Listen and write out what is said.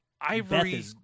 Ivory